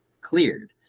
cleared